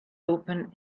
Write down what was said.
open